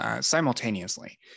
Simultaneously